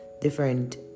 different